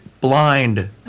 blind